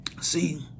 See